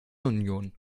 union